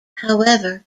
however